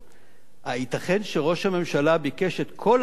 הייתכן שראש הממשלה ביקש את כל הדחיות האלה,